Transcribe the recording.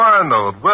Arnold